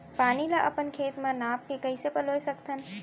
पानी ला अपन खेत म नाप के कइसे पलोय सकथन?